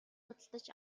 худалдаж